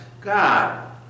God